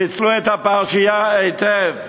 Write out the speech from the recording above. ניצלו את הפרשייה היטב,